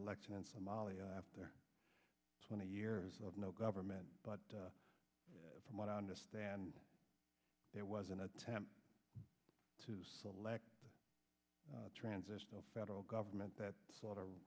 election in somalia after twenty years of no government but from what i understand there was an attempt to select a transitional federal government that